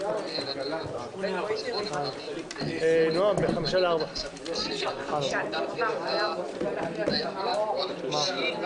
הישיבה ננעלה בשעה 15:30.